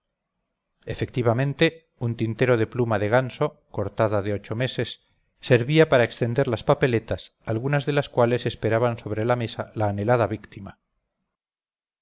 efectivamente un tintero de pluma de ganso cortada de ocho meses servía para extender las papeletas algunas de las cuales esperaban sobre la mesa la anhelada víctima